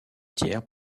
tiers